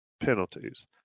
penalties